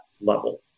level